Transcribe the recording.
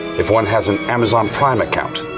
if one has an amazon prime account,